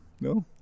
No